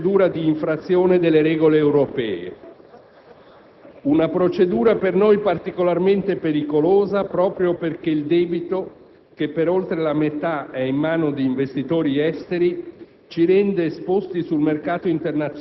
l'ingresso in una rischiosa procedura di infrazione delle regole europee; una procedura per noi particolarmente pericolosa proprio perché il debito - che per oltre la metà è in mano di investitori esteri